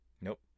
Nope